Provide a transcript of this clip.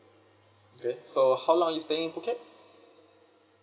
okay so how long are you staying in phuket